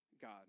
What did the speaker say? God